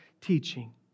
teaching